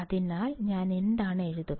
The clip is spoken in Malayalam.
അതിനാൽ ഞാൻ എന്താണ് എഴുതുക